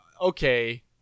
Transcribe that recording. okay